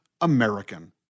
American